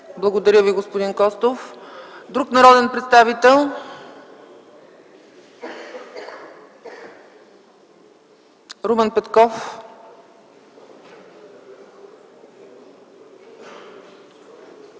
Благодаря Ви, господин Костов. Има ли друг народен представител? Румен Петков,